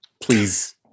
Please